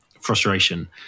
frustration